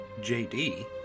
JD